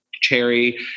cherry